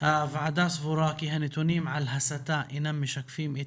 הוועדה סבורה כי הנתונים על הסתה אינם משקפים את